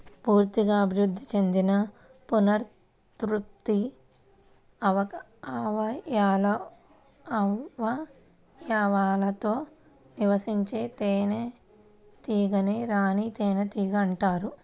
పూర్తిగా అభివృద్ధి చెందిన పునరుత్పత్తి అవయవాలతో నివసించే తేనెటీగనే రాణి తేనెటీగ అంటారు